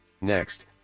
Next